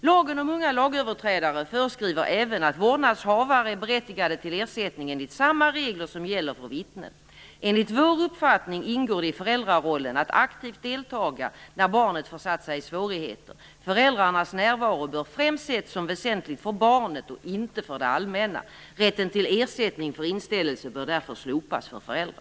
Lagen om unga lagöverträdare föreskriver även att vårdnadshavare är berättigade till ersättning enligt samma regler som gäller för vittnen. Enligt Moderaternas uppfattning ingår det i föräldrarollen att aktivt delta när barnet försatt sig i svårigheter. Föräldrarnas närvaro bör främst ses som väsentlig för barnet, och inte för det allmänna. Rätten till ersättning för inställelse bör därför slopas för föräldrar.